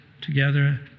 together